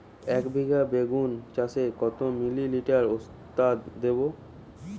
একবিঘা বেগুন চাষে কত মিলি লিটার ওস্তাদ দেবো?